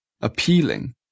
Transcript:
appealing